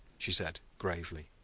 she said gravely.